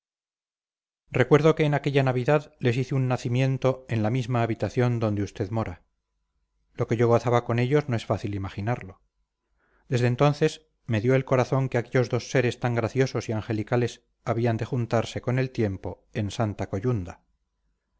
recuerdo que en aquella navidad les hice un nacimiento en la misma habitación donde usted mora lo que yo gozaba con ellos no es fácil imaginarlo desde entonces me dio el corazón que aquellos dos seres tan graciosos y angelicales habían de juntarse con el tiempo en santa coyunda